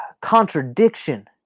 contradiction